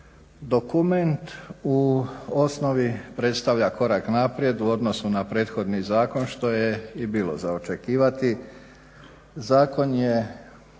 Dokument u osnovi predstavlja korak naprijed u odnosu na prethodni zakon što je i bilo za očekivati. Zakon je